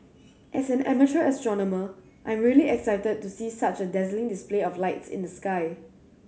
as an amateur astronomer I'm really excited to see such a dazzling display of lights in the sky